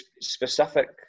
specific